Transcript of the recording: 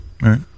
right